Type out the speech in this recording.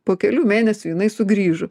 po kelių mėnesių jinai sugrįžo